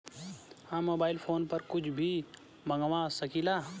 हम mobile phone पर कुछ भी मंगवा सकिला?